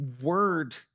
word